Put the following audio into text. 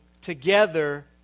together